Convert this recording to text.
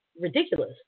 ridiculous